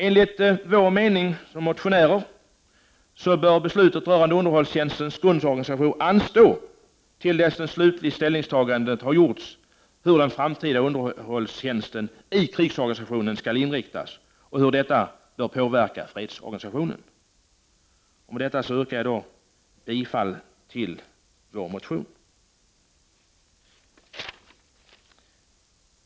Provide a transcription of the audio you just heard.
Enligt motionärernas mening bör beslut rörande underhållstjänstens grundorganisation anstå till dess slutlig ställning har tagits om hur den framtida underhållstjänsten i krigsorganisationen skall inriktas och hur detta bör påverka fredsorganisationen. Med detta yrkar jag bifall till vår motion.